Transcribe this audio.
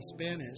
Spanish